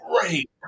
great